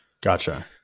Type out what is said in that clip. Gotcha